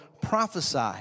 prophesy